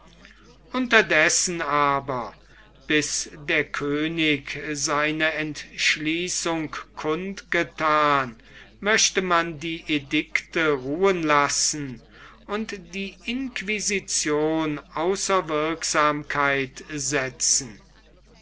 unterdessen aber bis der könig seine entschließung kund gethan möchte man die edikte ruhen lassen und die inquisition außer wirksamkeit setzen